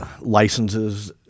licenses